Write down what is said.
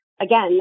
Again